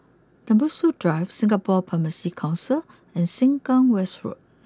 Tembusu Drive Singapore Pharmacy Council and Sengkang West Road